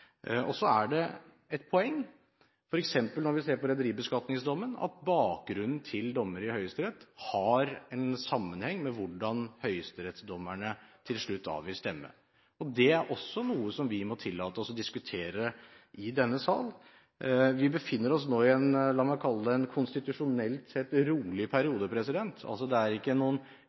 utfordringen. Så er det et poeng, f.eks. når vi ser på rederibeskatningsdommen, at bakgrunnen til dommere i Høyesterett har en sammenheng med hvordan høyesterettsdommerne til slutt avgir stemme. Det er også noe som vi må tillate oss å diskutere i denne sal. Vi befinner oss nå i – la meg kalle det – en konstitusjonelt sett rolig periode, altså det er ikke noen